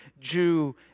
Jew